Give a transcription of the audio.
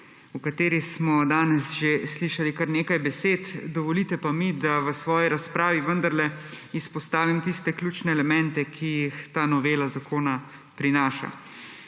o kateri smo danes že slišali kar nekaj besed. Dovolite mi, da v svoji razpravi vendarle izpostavim tiste ključne elemente, ki jih ta novela zakona prinaša.